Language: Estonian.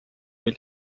või